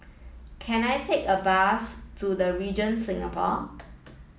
can I take a bus to The Regent Singapore